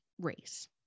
race